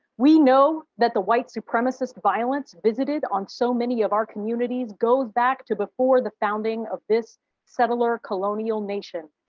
we know that the white supremacist violence visited on so many of our communities goes back to before the founding of this settler colonial nation.